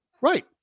Right